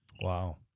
Wow